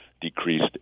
decreased